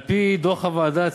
על-פי דוח הוועדה,